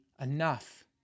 enough